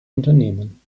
unternehmen